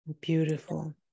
Beautiful